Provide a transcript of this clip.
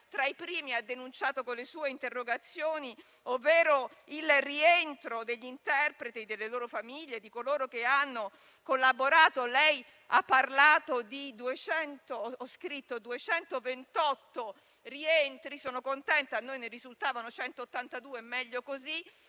tra i primi ha denunciato con le sue interrogazioni, ovvero il rientro degli interpreti, delle loro famiglie, di coloro che hanno collaborato. Lei ha parlato di 228 rientri. Sono contenta perché a noi ne risultavano 182; è meglio così;